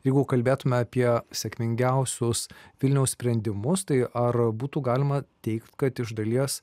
jeigu kalbėtume apie sėkmingiausius vilniaus sprendimus tai ar būtų galima teigti kad iš dalies